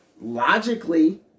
logically